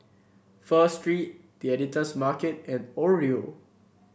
Pho Street The Editor's Market and Oreo